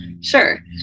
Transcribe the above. sure